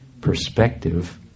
perspective